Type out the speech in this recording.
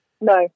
No